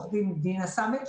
עורכת הדין דינה סמט,